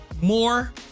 more